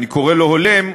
אני קורא לו הולם,